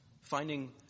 finding